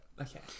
Okay